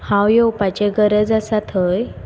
हांव येवपाचे गरज आसां थंय